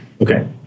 Okay